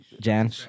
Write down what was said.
Jan